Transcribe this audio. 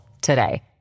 today